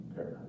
Okay